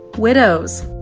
widows.